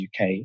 UK